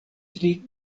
tri